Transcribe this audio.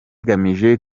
igamije